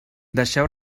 deixeu